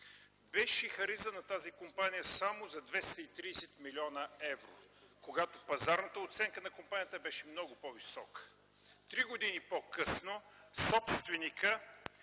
беше харизана само за 230 млн. евро, когато пазарната оценка на компанията беше много по-висока. Три години по-късно собственикът